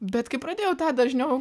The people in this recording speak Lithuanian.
bet kai pradėjau tą dažniau